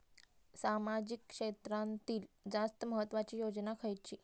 सामाजिक क्षेत्रांतील जास्त महत्त्वाची योजना खयची?